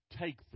take